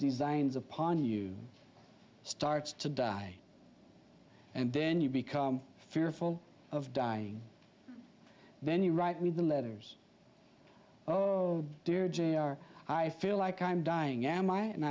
designs upon you starts to die and then you become fearful of dying then you write with the letters oh dear i feel like i'm dying am i and